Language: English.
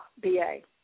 B-A